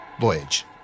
Voyage